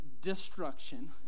destruction